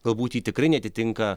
galbūtji tikrai neatitinka